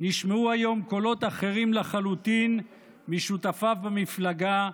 נשמעו היום קולות אחרים לחלוטין משותפיו במפלגה,